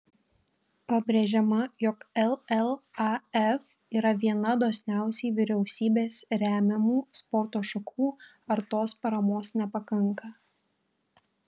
pabrėžiama jog llaf yra viena dosniausiai vyriausybės remiamų sporto šakų ar tos paramos nepakanka